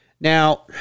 Now